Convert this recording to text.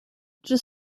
just